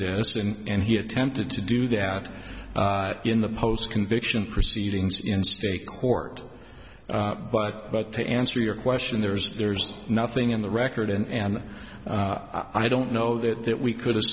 denison and he attempted to do that in the post conviction proceedings in state court but to answer your question there's there's nothing in the record and i don't know that that we could as